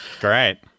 Great